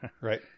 right